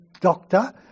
doctor